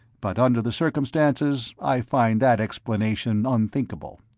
but under the circumstances, i find that explanation unthinkable.